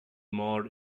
more